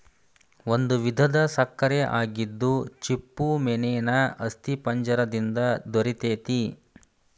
ಒಂದು ವಿಧದ ಸಕ್ಕರೆ ಆಗಿದ್ದು ಚಿಪ್ಪುಮೇನೇನ ಅಸ್ಥಿಪಂಜರ ದಿಂದ ದೊರಿತೆತಿ